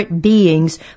beings